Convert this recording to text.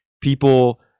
people